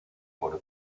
por